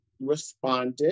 responded